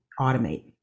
automate